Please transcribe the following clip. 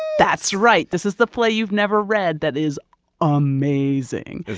that's right. this is the play you've never read that is amazing is